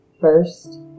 First